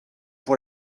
pour